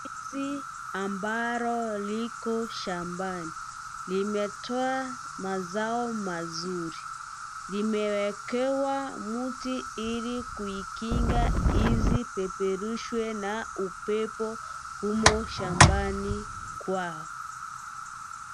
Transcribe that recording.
Si, ambalo liko shambani, limeta, mazao, mazuri, limewekewa muti, ili kuikinga isipeperushwe na, upepo, humo, shambani, kwao.